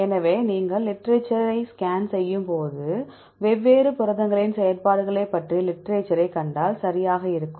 எனவே நீங்கள் லிட்டரேச்சர் ஐ ஸ்கேன் செய்யும் போது வெவ்வேறு புரதங்களின் செயல்பாடுகளைப் பற்றிய லிட்டரேச்சர் ஐ கண்டால் சரியாக இருக்கும்